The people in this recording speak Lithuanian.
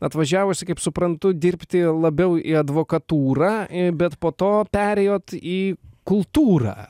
atvažiavusi kaip suprantu dirbti labiau į advokatūrą bet po to perėjot į kultūrą